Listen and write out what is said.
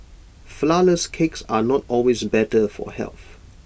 Flourless Cakes are not always better for health